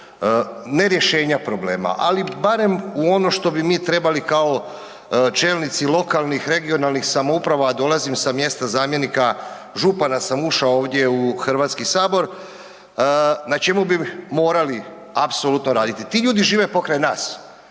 ne rješenja problema, ali barem u ono što bi mi trebali kao čelnici lokalnih, regionalnih samouprava, a dolazim sa mjesta zamjenika župana sam ušao ovdje u Hrvatski sabor, na čemu bi morali apsolutno raditi. Ti ljudi žive pokraj nas.